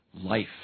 life